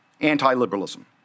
anti-liberalism